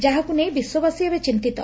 ଯାହାକୁ ନେଇ ବିଶ୍ୱବାସୀ ଏବେ ଚିନ୍ତିତ